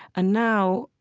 and now,